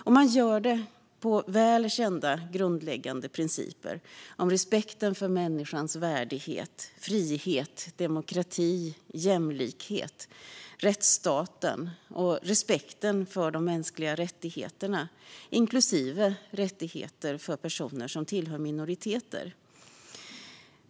Och man gjorde det på välkända grundläggande principer om respekten för människans värdighet, frihet, demokrati, jämlikhet, rättsstaten och respekten för de mänskliga rättigheterna, inklusive rättigheter för personer som tillhör minoriteter.